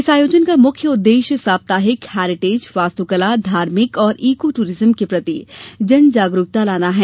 इस आयोजन का मुख्य उद्देश्य सांस्कृतिक हेरिटेज वास्तुकला धार्मिक एवं ईको टूरिज्म के प्रति जन जागरूकता लाना है